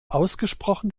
ausgesprochen